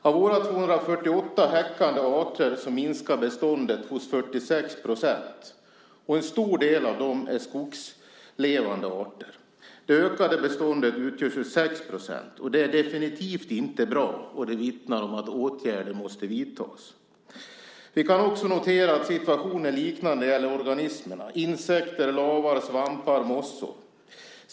Av våra 248 häckande arter minskar beståndet hos 46 %, och en stor del av dem är skogslevande arter. Det ökade beståndet utgör 26 %, och det är definitivt inte bra. Det vittnar om att åtgärder måste vidtas. Vi kan också notera att situationen är liknande när det gäller organismerna: insekter, lavar, svampar och mossor.